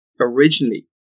originally